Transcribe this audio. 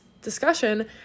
discussion